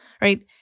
right